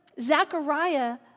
Zechariah